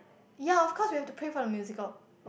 ya of course we have to pay for the musical